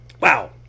Wow